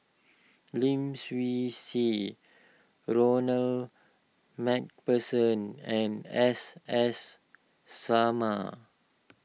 Lim Swee Say Ronald MacPherson and S S Sarma